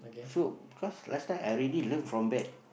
so cause last time I really learn from bad